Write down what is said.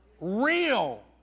Real